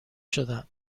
شدن